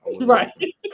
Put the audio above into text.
Right